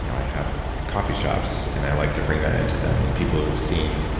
you know i have coffee shops, and i like to bring that into them and people who've seen,